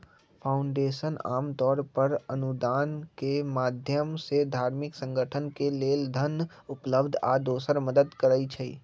foundation आमतौर पर अनुदान के माधयम से धार्मिक संगठन के लेल धन उपलब्ध आ दोसर मदद करई छई